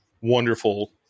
wonderful